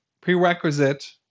prerequisite